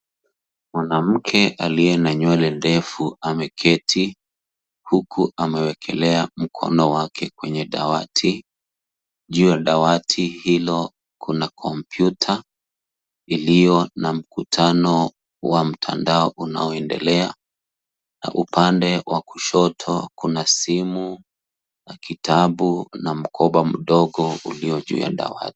Mwanamke aliye na nywele ndefu ameketi, huku amewekelea mkono wake kwenye dawati. Juu ya dawati hilo, kuna kompyuta iliyo na mkutano wa mtandao unaoendelea. Na upande wa kushoto, kuna simu na kitabu na mkoba mdogo ulio juu ya dawati.